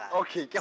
okay